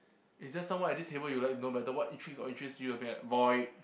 is there someone at this table you like to knw better what intrigues or interest you void